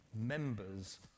members